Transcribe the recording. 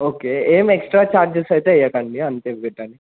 okay ఏం extra charges అయితే వెయ్యకండి అంత ఇ